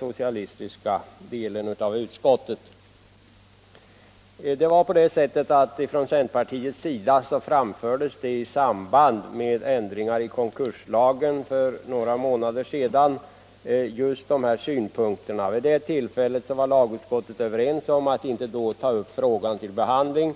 Jag kan nämna att utskottsmajoritetens synpunkter framfördes för några månader sedan i samband med då aktuella ändringar i konkurslagen. Vid det tillfället var lagutskottet överens om att inte ta upp frågan, eftersom